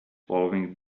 following